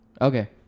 Okay